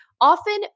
often